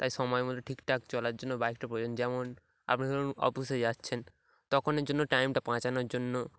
তাই সময় মতো ঠিক ঠাক চলার জন্য বাইকটা প্রয়োজন যেমন আপনি ধরুন অফিসে যাচ্ছেন তখনকার জন্য টাইমটা বাঁচানোর জন্য